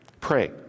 Pray